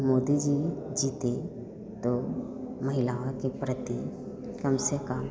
मोदी जी जीते तो महिलाओं के प्रती कम से कम